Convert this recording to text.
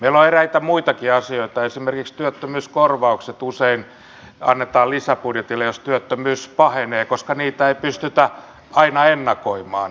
meillä on eräitä muitakin asioita esimerkiksi työttömyyskorvaukset usein annetaan lisäbudjetilla jos työttömyys pahenee koska niitä ei pystytä aina ennakoimaan